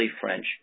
French